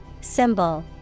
Symbol